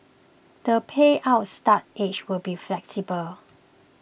the payout start age will be flexible